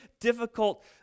difficult